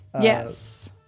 yes